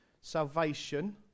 Salvation